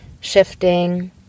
shifting